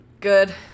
Good